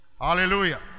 hallelujah